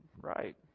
right